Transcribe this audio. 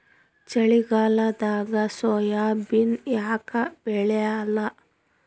ಚಳಿಗಾಲದಾಗ ಸೋಯಾಬಿನ ಯಾಕ ಬೆಳ್ಯಾಲ?